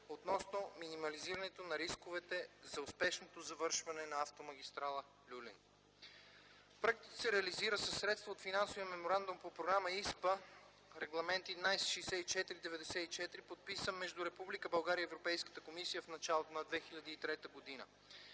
относно минимизирането на рисковете за успешното завършване на автомагистрала „Люлин". Проектът се реализира със средства от Финансовия меморандум по Програма ИСПА – Регламент 1164/94, подписан между Република България и Европейската комисия в началото на 2003 г.